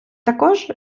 також